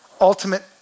Ultimate